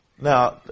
Now